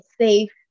safe